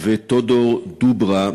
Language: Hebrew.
טודור דובראש,